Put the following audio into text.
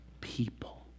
people